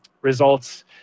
results